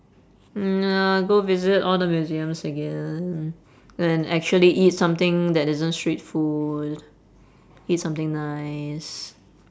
uh go visit all the museums again and and actually eat something that isn't street food eat something nice